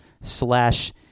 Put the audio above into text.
slash